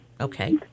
Okay